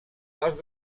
als